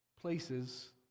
places